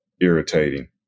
irritating